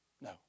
No